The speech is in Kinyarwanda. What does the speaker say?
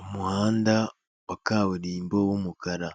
Umuhanda wa kaburimbo w'umukara